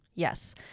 Yes